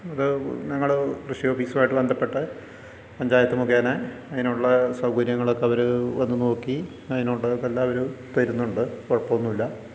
അത് ഞങ്ങൾ കൃഷി ഓഫീസുമായിട്ട് ബന്ധപ്പെട്ട് പഞ്ചായത്ത് മുഖേന അതിനുള്ള സൗകര്യങ്ങളൊക്കെ അവർ വന്നു നോക്കി അതിനുള്ള എല്ലാം അവർ തരുന്നുണ്ട് കുഴപ്പമൊന്നുമില്ല